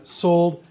sold